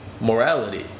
morality